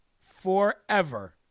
forever